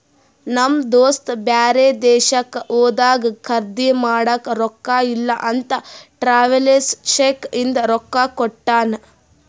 ನಮ್ ದೋಸ್ತ ಬ್ಯಾರೆ ದೇಶಕ್ಕ ಹೋದಾಗ ಖರ್ದಿ ಮಾಡಾಕ ರೊಕ್ಕಾ ಇಲ್ಲ ಅಂತ ಟ್ರಾವೆಲರ್ಸ್ ಚೆಕ್ ಇಂದ ರೊಕ್ಕಾ ಕೊಟ್ಟಾನ